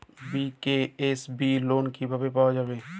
BKSB loan কিভাবে পাওয়া যাবে?